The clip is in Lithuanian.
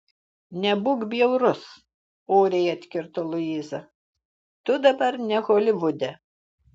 nebūk bjaurus oriai atkirto luiza tu dabar ne holivude